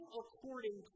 according